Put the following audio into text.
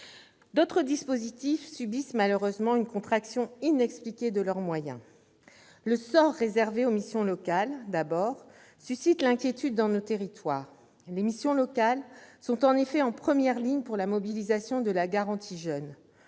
D'autres dispositifs subissent malheureusement une contraction inexpliquée de leurs moyens. D'abord, le sort réservé aux missions locales suscite l'inquiétude dans nos territoires. En effet, alors que les missions locales sont en première ligne pour la mobilisation de la garantie jeunes,